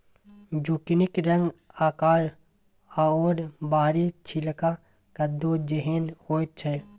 जुकिनीक रंग आकार आओर बाहरी छिलका कद्दू जेहन होइत छै